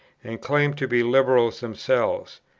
and claim to be liberals themselves.